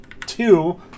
two